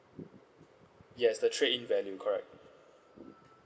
yes the trade in value correct